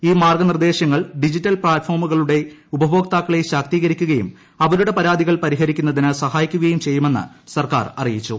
ഈ മാർഗ്ഗനിർദ്ദേശങ്ങൾ ഡിജിറ്റൽ പ്ലാറ്റ്ഫോമുകളുടെ ഉപഭോക്താക്കളെ ശാക്തീകരിക്കുകയും അവരുടെ പ്ലാറ്റ്ഫോമുകളുടെ ്റ് റിന്റെ പാടിക്കുന്നതിന് സഹായിക്കുകയും ചെയ്യുമെന്ന് സർക്കാർ അറിയിച്ചു